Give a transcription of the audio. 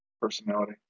personality